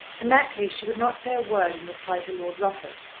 in that case she would not say a word in reply to lord rufford,